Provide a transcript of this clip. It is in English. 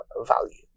value